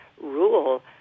rule